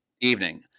evening